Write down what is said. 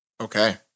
Okay